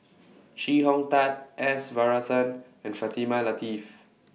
Chee Hong Tat S Varathan and Fatimah Lateef